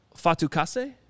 Fatukase